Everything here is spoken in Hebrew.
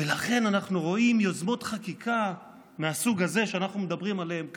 ולכן אנחנו רואים יוזמות חקיקה מהסוג הזה שאנחנו מדברים עליהן כאן,